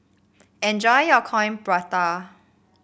enjoy your Coin Prata